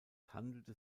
handelte